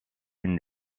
une